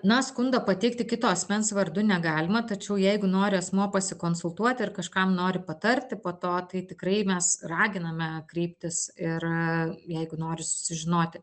na skundą pateikti kito asmens vardu negalima tačiau jeigu nori asmuo pasikonsultuot ir kažkam nori patarti po to tai tikrai mes raginame kreiptis ir jeigu nori susižinoti